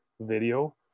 video